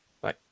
Bye